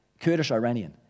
Kurdish-Iranian